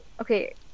okay